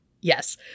yes